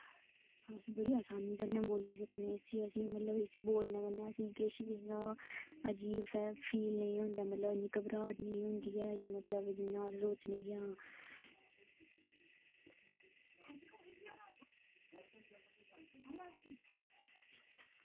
अस बड़ी आसानी कन्नै बोली सकने जि'यां इस्सी बोलने कन्नै असें गी किश इं'या अजीब सारा फील निं होंदा इं'या घबराह्ट निं होंदी ऐ मतलब जि'यां सोचने कि